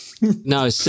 No